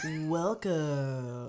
welcome